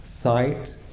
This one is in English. Sight